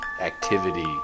activity